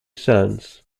sons